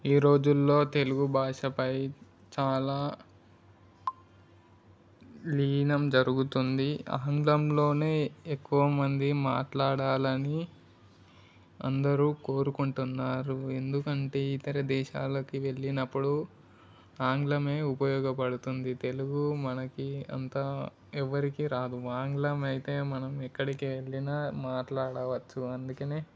ఈ రోజుల్లో తెలుగు భాషపై చాలా లీనం జరుగుతుంది ఆంగ్లంలోనే ఎక్కువ మంది మాట్లాడాలని అందరూ కోరుకుంటున్నారు ఎందుకంటే ఇతర దేశాలకు వెళ్ళినప్పుడు ఆంగ్లమే ఉపయోగపడుతుంది తెలుగు మనకి అంత ఎవరికీ రాదు ఆంగ్లమైతే మనం ఎక్కడికి వెళ్ళినా మాట్లాడవచ్చు అందుకనే